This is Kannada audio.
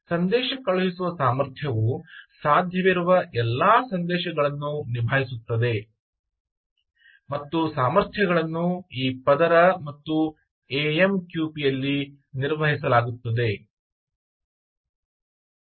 ಸಂದೇಶ ಕಳುಹಿಸುವ ಸಾಮರ್ಥ್ಯವು ಸಾಧ್ಯವಿರುವ ಎಲ್ಲಾ ಸಂದೇಶಗಳನ್ನು ನಿಭಾಯಿಸುತ್ತದೆ ಮತ್ತು ಸಾಮರ್ಥ್ಯಗಳನ್ನು ಈ ಪದರ ಮತ್ತು ಎಎಮ್ಕ್ಯೂಪಿ ಯಲ್ಲಿ ನಿರ್ವಹಿಸಲಾಗುತ್ತದೆ